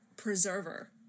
Preserver